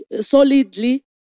solidly